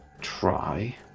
try